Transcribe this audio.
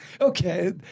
Okay